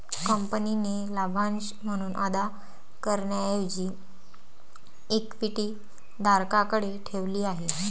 कंपनीने लाभांश म्हणून अदा करण्याऐवजी इक्विटी धारकांकडे ठेवली आहे